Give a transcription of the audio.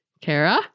Kara